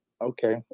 Okay